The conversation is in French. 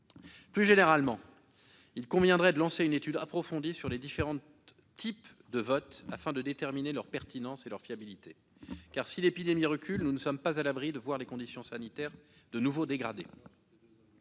Plus généralement, il conviendrait de lancer une étude approfondie sur les différents types de vote afin de déterminer leur pertinence et leur fiabilité. En effet, si l'épidémie recule, nous ne sommes pas à l'abri d'une nouvelle dégradation des conditions sanitaires.